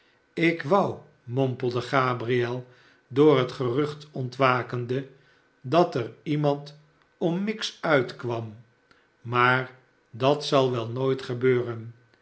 jlkwou mompelde gabriel door het gerucht ontwakende sdat er iemand om miggs uitkwam maar dat zal nooit gebeuren